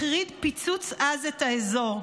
החריד פיצוץ עז את האזור.